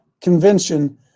Convention